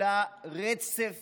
שכולה רצף